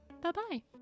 bye-bye